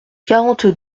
quarante